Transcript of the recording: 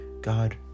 God